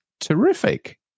terrific